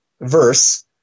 verse